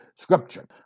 scripture